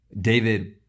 David